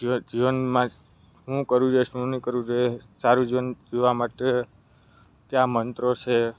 જીવનમાં શું કરવું જોએ શું નહીં કરવું જોઈએ સારું જીવન જીવવા માટે કયા મંત્રો સે